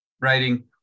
writing